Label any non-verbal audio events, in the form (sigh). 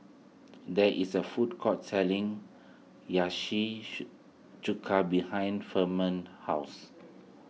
there is a food court selling (unintelligible) Chuka behind Firman's house